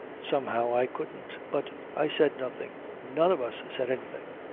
somehow i couldn't. but i said nothing. none of us said anything.